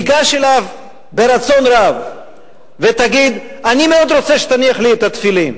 תיגש אליו ברצון רב ותגיד: אני מאוד רוצה שתניח לי את התפילין,